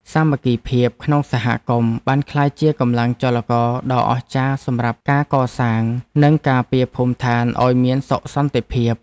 សាមគ្គីភាពក្នុងសហគមន៍បានក្លាយជាកម្លាំងចលករដ៏អស្ចារ្យសម្រាប់ការកសាង និងការពារភូមិដ្ឋានឱ្យមានសុខសន្តិភាព។